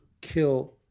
kill